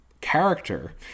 character